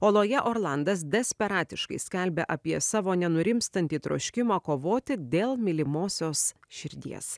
oloje orlandas desperatiškai skelbia apie savo nenurimstantį troškimą kovoti dėl mylimosios širdies